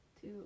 two